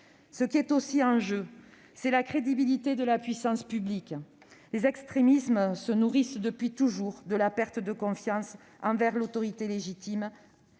Ce qui est aussi en jeu, c'est la crédibilité de la puissance publique. Les extrémismes se nourrissent depuis toujours de la perte de confiance envers l'autorité légitime.